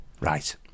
right